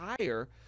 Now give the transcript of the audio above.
higher